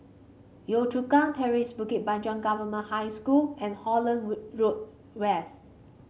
Yio Chu Kang Terrace Bukit Panjang Government High School and Holland wood Road West